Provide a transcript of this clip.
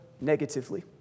negatively